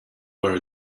where